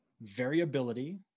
variability